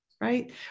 right